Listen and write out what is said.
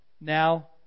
Now